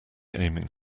aiming